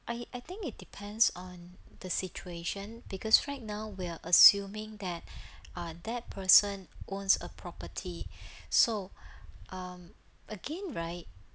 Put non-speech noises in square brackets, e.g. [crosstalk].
I I think it depends on the situation because right now we're assuming that uh that person owns a property [breath] so um again right